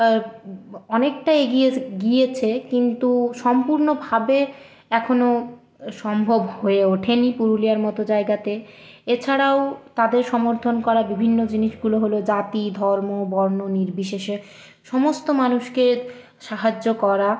অনেকটা এগিয়েছে গিয়েছে কিন্তু সম্পূর্ণভাবে এখনও সম্ভব হয়ে ওঠে নি পুরুলিয়ার মতো জায়গাতে এছাড়াও তাদের সমর্থন করা বিভিন্ন জিনিসগুলো হল জাতি ধর্ম বর্ণ নির্বিশেষে সমস্ত মানুষকে সাহায্য করা